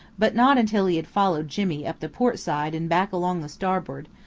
but not until he had followed jimmy up the port-side and back along the starboard,